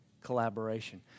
collaboration